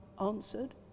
answered